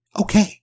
okay